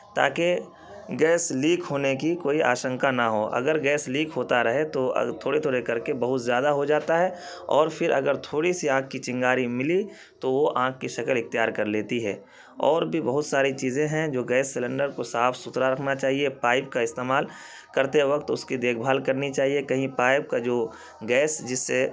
تاکہ gas leak ہونے کی کوئی آشنکا نہ ہو اگر گیس لیک ہوتا رہے تو تھوڑے تھوڑے کر کے بہت زیادہ ہو جاتا ہے اور پھر اگر تھوڑی سی آگ کی چنگاری ملی تو وہ آگ کی شکل اختیار کر لیتی ہے اور بھی بہت ساری چیزیں ہیں جو گیس سلینڈر کو صاف ستھرا رکھنا چاہیے پائپ کا استعمال کرتے وقت اس کی دیکھ بھال کرنی چاہیے کہیں پائپ کا جو گیس جس سے